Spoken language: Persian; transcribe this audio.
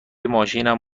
ماشینم